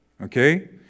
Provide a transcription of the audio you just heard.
Okay